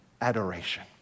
adoration